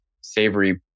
savory